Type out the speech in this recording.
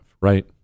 right